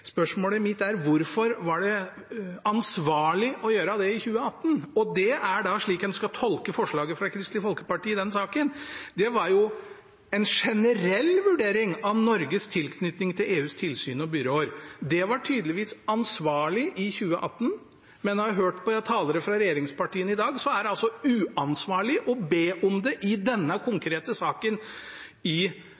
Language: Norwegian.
Spørsmålet mitt er: Hvorfor var det ansvarlig å gjøre det i 2018? Det er slik en skal tolke forslaget fra Kristelig Folkeparti i den saken. Det var en generell vurdering av Norges tilknytning til EUs tilsyn og byråer. Det var tydeligvis ansvarlig i 2018, men etter det jeg har hørt fra talere fra regjeringspartiene i dag, er det uansvarlig å be om det i denne